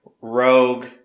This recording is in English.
rogue